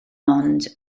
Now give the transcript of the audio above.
ond